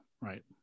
Right